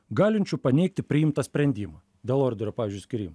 galinčių paneigti priimtą sprendimą dėl orderio pavyzdžiui skyrimo